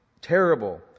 terrible